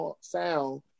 sound